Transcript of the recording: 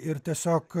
ir tiesiog